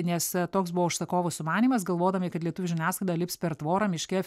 nes toks buvo užsakovų sumanymas galvodami kad lietuvių žiniasklaida lips per tvorą miške